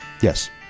Yes